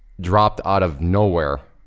dropped out of no where.